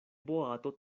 boato